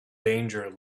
danger